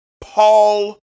Paul